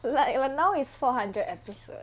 like err now is four hundred episode